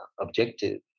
objective